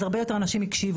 אז הרבה יותר נשים הקשיבו,